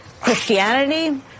Christianity